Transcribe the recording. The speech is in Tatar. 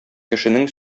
кешенең